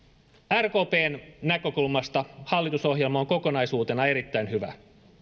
rkpn näkökulmasta hallitusohjelma on kokonaisuutena erittäin hyvä